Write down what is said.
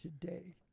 today